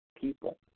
people